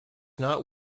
not